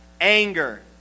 anger